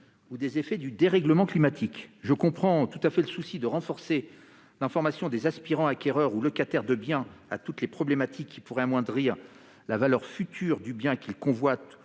ou des effets du dérèglement climatique. Je comprends tout à fait la volonté de renforcer l'information des aspirants acquéreurs ou locataires de biens à toutes les problématiques qui pourraient amoindrir la valeur future du bien qu'ils convoitent